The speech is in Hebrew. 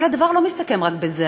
אבל הדבר מסתכם לא רק בזה.